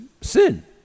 sin